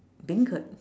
beancurd